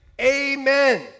Amen